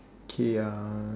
K ya